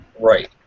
Right